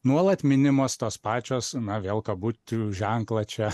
nuolat minimos tos pačios na vėl kabučių ženklą čia